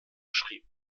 schrieb